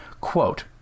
Quote